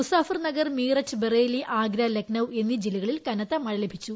മുസാഫർ നഗർ മീററ്റ് ബറേലി ആഗ്ര ലഖ്നൌ എന്നീ ജില്ലകളിൽ കനത്ത മഴ ലഭിച്ചു